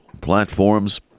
platforms